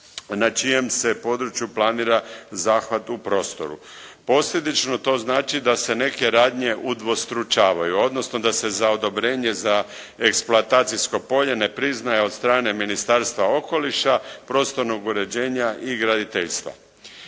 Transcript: na čijem se području planira zahvat u prostoru. Posljedično to znači da se neke radnje udvostručavaju, odnosno da se za odobrenje za eksploatacijsko polje ne priznaje od strane Ministarstva okoliša, prostornog uređenja i graditeljstva.